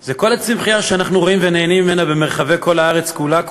זה כל הצמחייה שאנחנו רואים ונהנים ממנה במרחבי הארץ כולה,